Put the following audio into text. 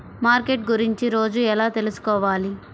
Market గురించి రోజు ఎలా తెలుసుకోవాలి?